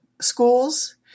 schools